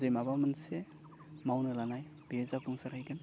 जे माबा मोनसे मावनो लानाय बेयो जाफुंसारहैगोन